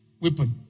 weapon